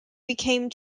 became